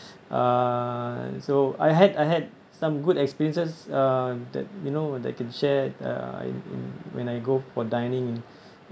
uh so I had I had some good experiences uh that you know that I can share when I go for dining